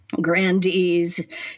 grandees